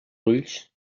ulls